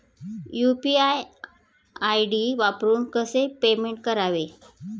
UPI ID वापरून कसे payment करावे?